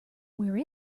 where